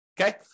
Okay